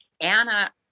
Anna